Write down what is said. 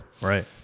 Right